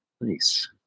Nice